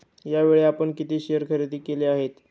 यावेळी आपण किती शेअर खरेदी केले आहेत?